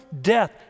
death